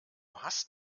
hast